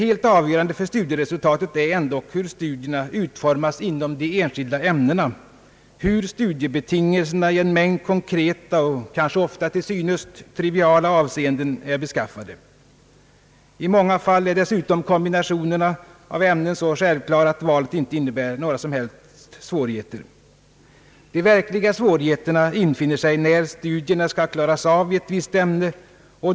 Helt avgörande för studieresultatet är ändock hur studierna utformas inom de enskilda ämnena, hur studiebetingelserna i en mängd konkreta och kanske ofta till synes triviala avseenden är beskaffade. I många fall är dessutom kombinationen av ämnen så självklar att valet inte innebär några som helst svårigheter. De verkliga svårigheterna infinner sig när studierna skall klaras av i ett visst ämne.